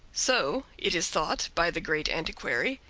so, it is thought by the great antiquary,